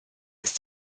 ist